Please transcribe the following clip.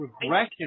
regression